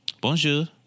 Bonjour